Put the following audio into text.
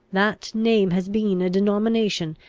that name has been a denomination,